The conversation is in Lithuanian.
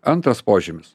antras požymis